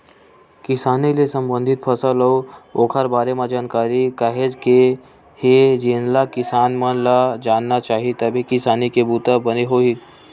किसानी ले संबंधित फसल अउ ओखर बारे म जानकारी काहेच के हे जेनला किसान मन ल जानना चाही तभे किसानी के बूता बने होही